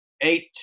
eight